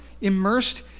immersed